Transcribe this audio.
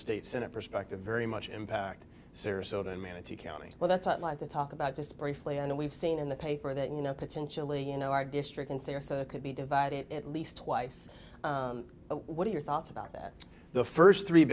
state senate perspective very much impact sarasota and manatee county well that's what like to talk about just briefly and we've seen in the paper that you know potentially you know our district in sarasota could be divided at least twice what are your thoughts about that the first three